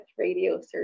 radiosurgery